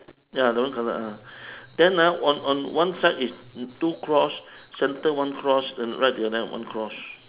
ya the one colour ah then ah on on one side is two cross centre one cross and right to your left one cross